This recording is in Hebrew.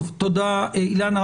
תודה, אילנה.